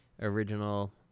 original